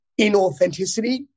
inauthenticity